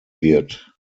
wird